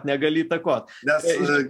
įtakot negali įtakot